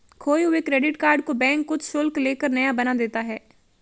खोये हुए credit card को बैंक कुछ शुल्क ले कर नया बना देता है